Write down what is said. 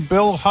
Bill